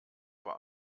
vor